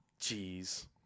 Jeez